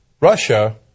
Russia